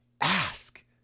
Ask